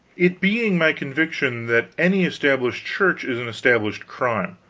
it being my conviction that any established church is an established crime,